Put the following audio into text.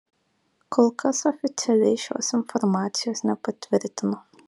kol kas oficialiai šios informacijos nepatvirtino